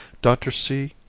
dr. c.